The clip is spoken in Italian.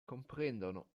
comprendono